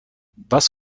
was